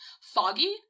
foggy